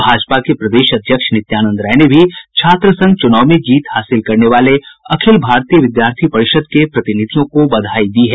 भाजपा के प्रदेश अध्यक्ष नित्यानंद राय ने भी छात्र संघ चुनाव में जीत हासिल करने वाले अखिल भारतीय विद्यार्थी परिषद् के प्रतिनिधियों को बधाई दी है